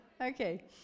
Okay